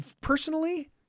personally